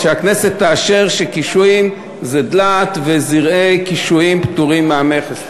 אז שהכנסת תאשר שקישואים זה דלעת וזרעי קישואים פטורים מהמכס.